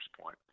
Point